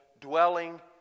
dwelling